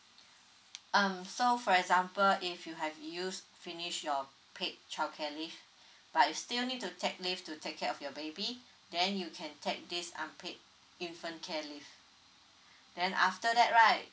um so for example if you have used finished your paid childcare leave but you still need to take leave to take care of your baby then you can take this unpaid infant care leave then after that right